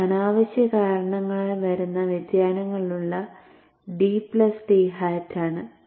ഇത് അനാവശ്യ കാരണങ്ങളാൽ വരുന്ന വ്യതിയാനങ്ങളുള്ള d പ്ലസ് d ഹാറ്റ് ആണ്